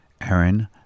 Aaron